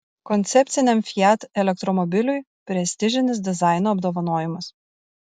koncepciniam fiat elektromobiliui prestižinis dizaino apdovanojimas